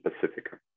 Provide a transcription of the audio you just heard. Pacifica